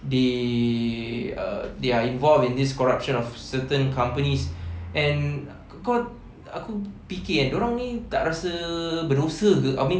they err they are involved in this corruption of certain companies and kau aku fikir dorang ni tak rasa berdosa ke I mean